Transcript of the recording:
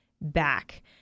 back